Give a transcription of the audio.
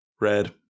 red